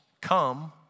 come